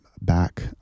back